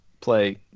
play